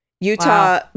Utah